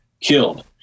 killed